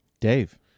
Dave